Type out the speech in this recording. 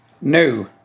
No